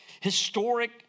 historic